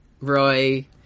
Roy